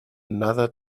another